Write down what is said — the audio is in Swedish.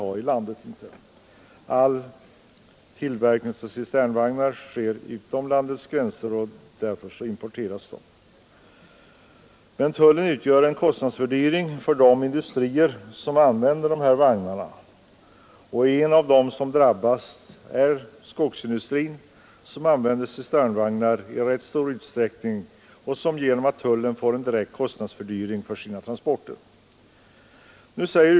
All tillverkning av cisternvagnar sker utom landets gränser; de importeras alltså. Men tullen utgör en kostnadsökning för de industrier som använder sådana här vagnar, och en av de som drabbas är skogsindustrin. De använder cisternvagnar i rätt stor utsträckning och får genom tullen en direkt fördyring av sina transporter.